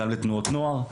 גם לתנועות הנוער.